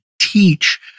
teach